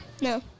No